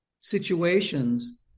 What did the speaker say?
situations